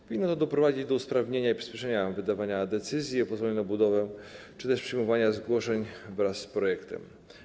Powinno to doprowadzić do usprawnienia i przyspieszenia wydawania decyzji o pozwoleniu na budowę czy też przyjmowania zgłoszeń wraz z projektem.